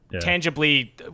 Tangibly